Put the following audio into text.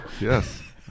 Yes